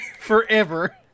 Forever